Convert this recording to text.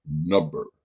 number